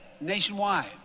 nationwide